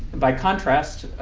by contrast,